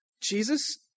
Jesus